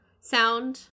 sound